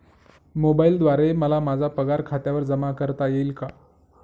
मोबाईलद्वारे मला माझा पगार खात्यावर जमा करता येईल का?